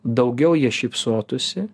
daugiau jie šypsotųsi